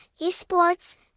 esports